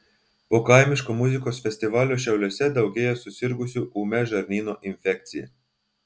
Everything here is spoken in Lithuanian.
po kaimiško muzikos festivalio šiauliuose daugėja susirgusių ūmia žarnyno infekcija